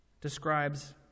describes